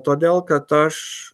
todėl kad aš